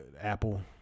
Apple